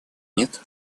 нет